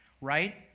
right